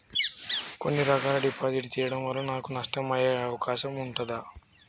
కొన్ని రకాల డిపాజిట్ చెయ్యడం వల్ల నాకు నష్టం అయ్యే అవకాశం ఉంటదా?